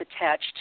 attached